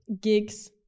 gigs